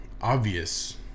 obvious